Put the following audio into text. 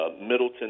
Middleton